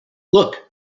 look